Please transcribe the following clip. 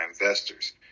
investors